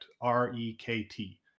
R-E-K-T